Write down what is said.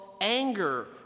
anger